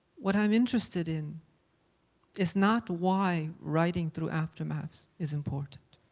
what i'm interested in is not why writing through aftermaths is important.